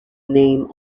name